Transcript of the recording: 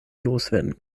loswerden